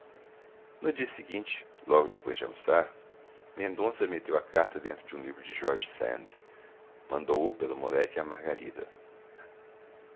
no dia seguinte logo depois de almoçar mendonça meteu a carta dentro de um volume de george sand mandou-o pelo moleque a margarida